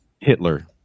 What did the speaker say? Hitler